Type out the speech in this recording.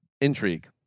intrigue